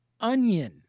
onion